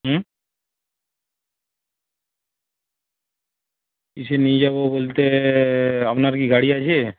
হুম কিসে নিয়ে যাবো বলতে আপনার কি গাড়ি আছে